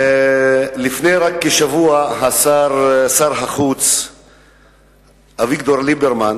רק לפני כשבוע שר החוץ אביגדור ליברמן